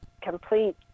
complete